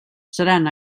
seran